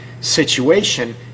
situation